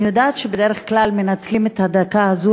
אני יודעת שבדרך כלל מנצלים את הדקה הזאת